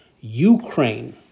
ukraine